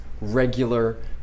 regular